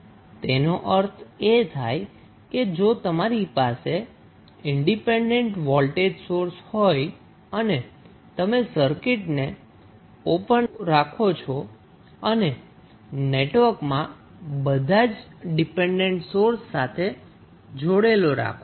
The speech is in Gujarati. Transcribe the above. તેનો અર્થ એ થાય કે જો તમારી પાસે ઈન્ડિપેન્ડન્ટ વોલ્ટેજ સોર્સ હોય અને તમે સર્કિટને તમારે ઓપન રાખવાની રહેશે અને નેટવર્કમાં બધા જ ડિપેન્ડન્ટ સોર્સ સાથે જોડેલા રાખો